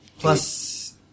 plus